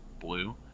Blue